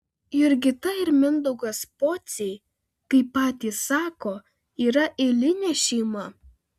jurgita ir mindaugas pociai kaip patys sako yra eilinė šeima